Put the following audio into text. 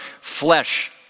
flesh